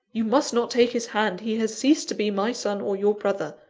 you must not take his hand! he has ceased to be my son, or your brother.